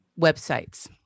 websites